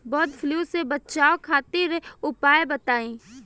वड फ्लू से बचाव खातिर उपाय बताई?